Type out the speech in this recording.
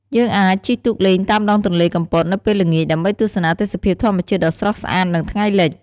យើងអាចជិះទូកលេងតាមដងទន្លេកំពតនៅពេលល្ងាច ដើម្បីទស្សនាទេសភាពធម្មជាតិដ៏ស្រស់ស្អាត និងថ្ងៃលិច។